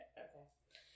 okay